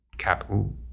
capital